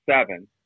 seven